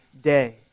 day